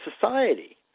society